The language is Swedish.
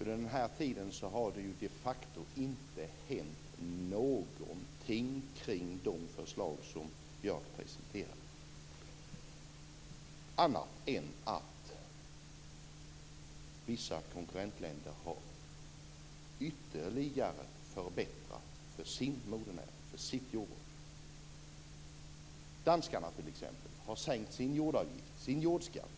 Under den tiden har det de facto inte hänt någonting kring de förslag som Björk presenterade annat än att vissa konkurrentländer ytterligare har förbättrat för sin modernäring, för sitt jordbruk. Danskarna t.ex. har sänkt sin jordskatt